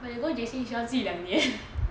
but you go J_C 要记两年